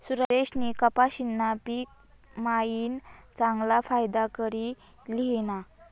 सुरेशनी कपाशीना पिक मायीन चांगला फायदा करी ल्हिना